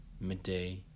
midday